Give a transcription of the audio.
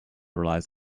relies